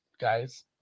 guys